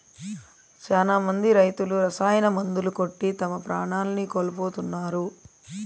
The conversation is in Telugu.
శ్యానా మంది రైతులు రసాయన మందులు కొట్టి తమ ప్రాణాల్ని కోల్పోతున్నారు